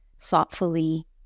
thoughtfully